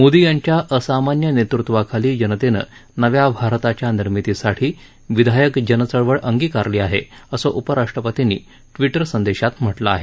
मोदी यांच्या असामान्य नेतृत्वाखाली जनतेनं नव्या भारताच्या निर्मितीसाठी विधायक जन चळवळ अंगीकारली आहे असं उपराष्ट्रपतींनी ट्विटर संदेशात म्हटलं आहे